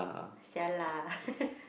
[sial] lah